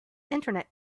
internet